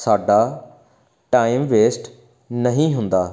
ਸਾਡਾ time waste ਨਹੀਂ ਹੁੰਦਾ